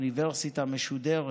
אוניברסיטה משודרת,